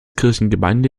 kirchgemeinde